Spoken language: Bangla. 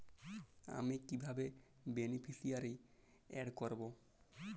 আমি কিভাবে বেনিফিসিয়ারি অ্যাড করব?